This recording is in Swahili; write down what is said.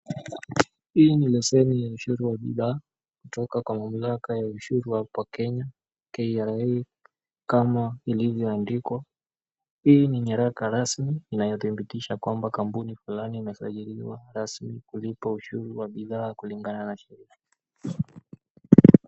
Hii ni leseni ya ushuru wa bidhaa. Kutoka kwa mamlaka ya ushuru hapa Kenya, KRA kama ilivyoandikwa. Hii ni nyaraka rasmi inayothibitisha kwamba, kampuni fulani imesajiliwa rasmi kulipa ushuru wa bidhaa kulingana na sheria.